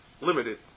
limited